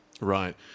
right